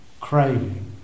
craving